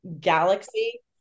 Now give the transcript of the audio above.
galaxy